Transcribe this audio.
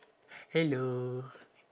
hello